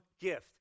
gift